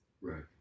right